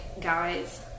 guys